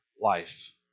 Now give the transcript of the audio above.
life